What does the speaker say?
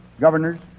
governors